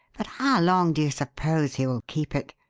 but how long do you suppose he will keep it?